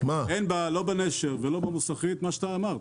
לא בנשר ולא במוסכית את מה שאמרת.